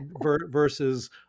Versus